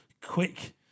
quick